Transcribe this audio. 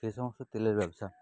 সেই সমস্ত তেলের ব্যবসা